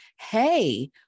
Hey